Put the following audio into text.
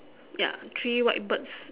ya three white birds